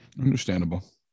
understandable